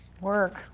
Work